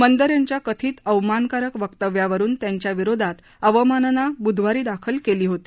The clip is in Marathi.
मंदर यांच्या कथित अवमानकारक वक्तव्यावरुन त्यांच्याविरोधात अवमानना बुधवारी दाखल केली होती